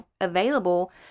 available